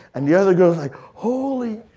and the other girls like holy,